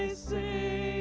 z